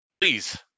Please